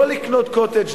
לא לקנות "קוטג'",